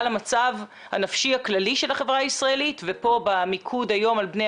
המצב הנפשי הכללי של החברה הישראלית ופה במיקוד היום על בני